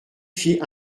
fit